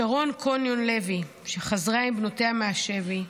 שרון קוניו, שחזרה עם בנותיה מהשבי,